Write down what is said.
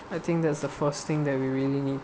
I think that's the first thing that we really need